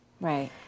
Right